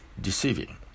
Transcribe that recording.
deceiving